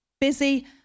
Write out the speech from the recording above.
busy